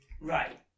Right